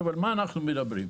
על מה אנחנו מדברים?